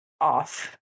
off